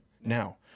Now